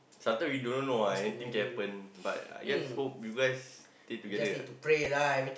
sometimes we don't know ah anything can happen but I just hope you guys stay together ah